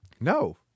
No